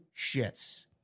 shits